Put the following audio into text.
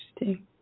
Interesting